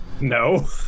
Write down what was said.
No